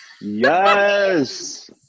Yes